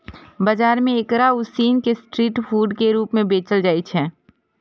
बाजार मे एकरा उसिन कें स्ट्रीट फूड के रूप मे बेचल जाइ छै